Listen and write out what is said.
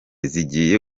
zigiye